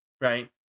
right